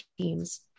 teams